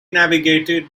navigated